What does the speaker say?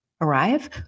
arrive